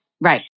Right